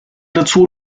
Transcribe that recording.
dazu